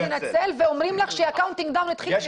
לנצל ואומרים לך שהספירה לאחור התחילה לפני שנתיים.